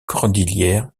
cordillère